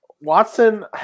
Watson